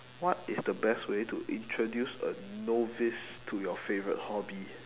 what is the best way to introduce a novice to your favourite hobby